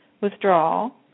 withdrawal